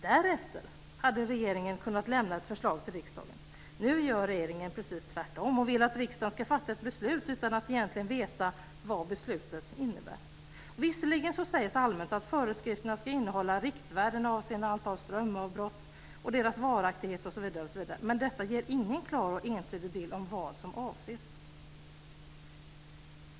Därefter hade regeringen kunnat lämna ett förslag till riksdagen. Nu gör regeringen precis tvärtom och vill att riksdagen ska fatta ett beslut utan att egentligen veta vad beslutet innebär. Visserligen sägs allmänt att föreskrifterna ska innehålla riktvärden avseende antal strömavbrott och deras varaktighet osv. Men detta ger ingen klar och entydig bild av vad som avses.